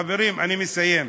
חברים, אני מסיים.